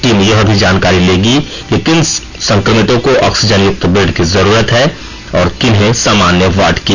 team यह भी जानकारी लेगी कि किन संक्रमितों को ऑक्सीजन युक्त बेड की जरूरत है और किन्हें सामान्य वार्ड की